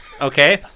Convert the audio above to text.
Okay